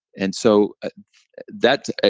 and so that,